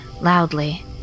loudly